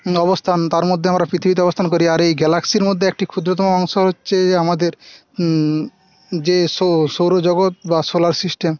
অবস্থান তার মধ্যে আমরা পৃথিবীতে অবস্থান করি আর এই গ্যালাক্সির মধ্যে একটা ক্ষুদ্রতম অংশ হচ্ছে আমাদের যে সৌ সৌরজগৎ বা সোলার সিস্টেম